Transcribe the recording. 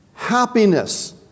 Happiness